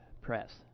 press